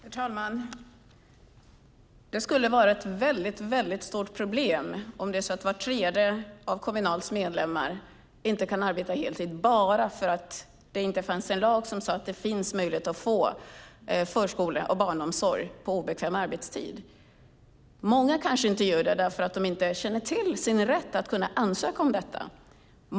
Herr talman! Det skulle vara ett väldigt stort problem om var tredje medlem i Kommunal inte kan arbeta heltid bara för att det inte finns en lag som säger att det finns möjlighet att få förskola och barnomsorg på obekväm arbetstid. Många kanske inte känner till sin rätt att ansöka om detta.